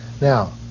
Now